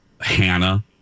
Hannah